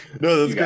No